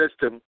system